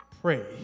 pray